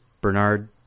Bernard